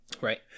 Right